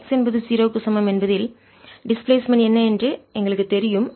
X என்பது 0 க்கு சமம் என்பதில் டிஸ்பிளேஸ்மென்ட் இடப்பெயர்ச்சி என்ன என்று எனக்குத் தெரியும்